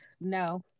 No